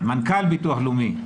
מנכ"ל ביטוח לאומי,